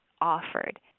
offered